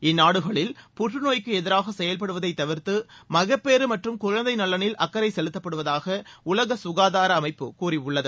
இந்நாடுகளில் புற்றநோய்க்கு எதிராக செயல்படுவதை தவிர்த்து மகப்பேறு மற்றும் குழந்தை நலனில் அக்கறை செலுத்தப்படுவதாக உலக சுகாதார அமைப்பு கூறியுள்ளது